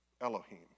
Elohim